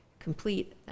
complete